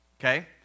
Okay